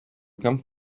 come